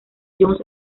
jones